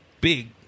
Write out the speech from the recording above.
big